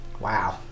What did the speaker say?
Wow